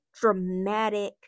dramatic